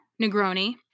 Negroni